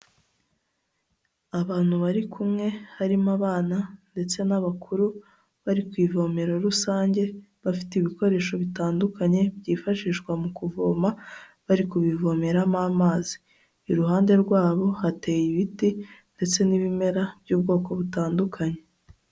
Abantu bari kumwe, harimo abana ndetse n'abakuru, bari ku ivomero rusange, bafite ibikoresho bitandukanye byifashishwa mu kuvoma, bari kubivomeramo amazi, iruhande rwabo hateye ibiti ndetse n'ibimera by'ubwoko butandukanye.